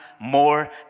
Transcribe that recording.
more